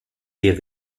est